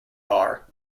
are